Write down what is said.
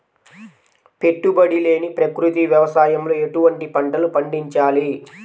పెట్టుబడి లేని ప్రకృతి వ్యవసాయంలో ఎటువంటి పంటలు పండించాలి?